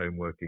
homeworking